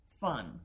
fun